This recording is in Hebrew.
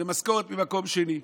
ומשכורת ממקום שני.